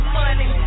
money